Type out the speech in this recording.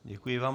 Děkuji vám.